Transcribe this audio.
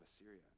Assyria